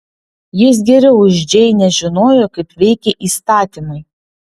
jis geriau už džeinę žinojo kaip veikia įstatymai